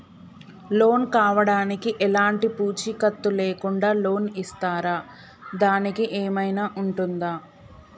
Loan కావడానికి ఎలాంటి పూచీకత్తు లేకుండా లోన్ ఇస్తారా దానికి ఏమైనా ఉంటుందా?